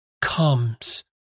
comes